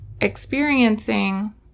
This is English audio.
experiencing